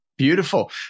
Beautiful